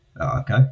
okay